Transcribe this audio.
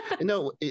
No